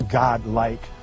god-like